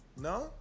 no